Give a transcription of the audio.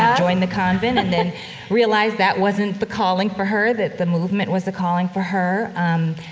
um joined the convent, and then realized that wasn't the calling for her. that the movement was the calling for her. um,